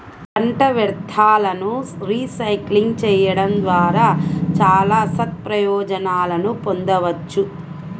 పంట వ్యర్థాలను రీసైక్లింగ్ చేయడం ద్వారా చాలా సత్ప్రయోజనాలను పొందవచ్చు